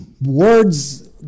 words